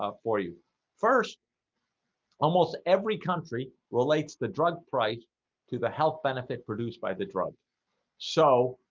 ah for you first almost every country relates the drug price to the health benefit produced by the drug so,